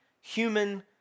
human